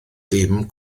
dim